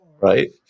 Right